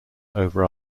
over